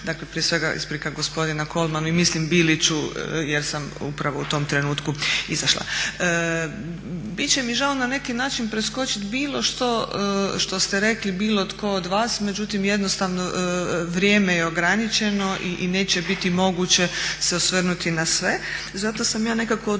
dakle prije svega isprika gospodinu Kolmanu i mislim Biliću jer sam upravo u tom trenutku izašla. Bit će mi žao na neki način preskočiti bilo što što ste rekli bilo tko od vas. Međutim, jednostavno vrijeme je ograničeno i neće biti moguće se osvrnuti na sve. Zato sam ja nekako odlučila